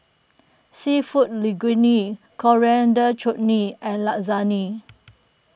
Seafood Linguine Coriander Chutney and Lasagne